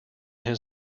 his